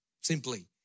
Simply